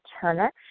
Turner